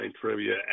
trivia